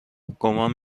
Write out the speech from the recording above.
گمان